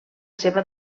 seva